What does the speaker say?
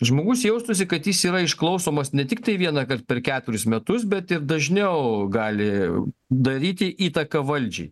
žmogus jaustųsi kad jis yra išklausomas ne tiktai vienąkart per ketverius metus bet ir dažniau gali daryti įtaką valdžiai